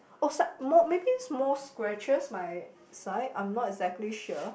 oh sa~ more maybe more scratches my side I'm not exactly sure